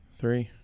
three